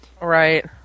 right